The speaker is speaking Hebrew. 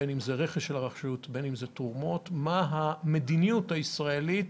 רכש או תרומות מה המדיניות הישראלית